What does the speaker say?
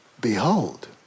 behold